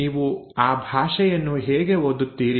ನೀವು ಆ ಭಾಷೆಯನ್ನು ಹೇಗೆ ಓದುತ್ತೀರಿ